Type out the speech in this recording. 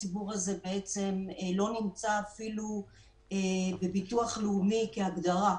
הציבור הזה בעצם לא נמצא אפילו בביטוח לאומי בהגדרה.